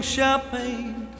Champagne